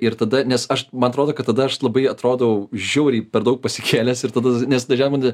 ir tada nes aš man atrodo kad tada aš labai atrodau žiauriai per daug pasikėlęs ir tada nes dažemunde